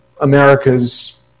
America's